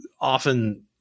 often